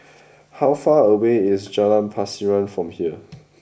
how far away is Jalan Pasiran from here